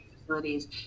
facilities